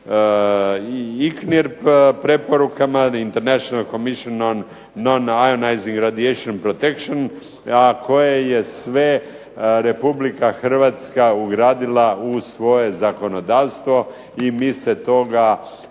preporuka made International Commission on Non Ionizing Radiatian Protection, a koje je sve RH ugradila u svoje zakonodavstvo i mi se toga